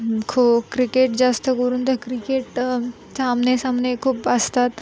खो kho cricket जास्त करून तर क्रिकेटचे आमनेसामने खूप असतात